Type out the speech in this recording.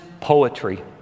poetry